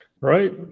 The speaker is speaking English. right